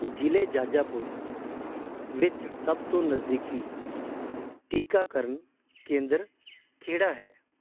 ਜ਼ਿਲ੍ਹੇ ਜਾਜਾਪੁਰ ਵਿੱਚ ਸਭ ਤੋਂ ਨਜ਼ਦੀਕੀ ਟੀਕਾਕਰਨ ਕੇਂਦਰ ਕਿਹੜਾ ਹੈ